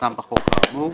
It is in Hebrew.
כהגדרתם בחוק האמור,"